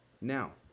Now